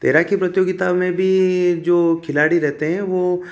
तैराकी प्रतियोगिता में भी जो खिलाड़ी रहते है वो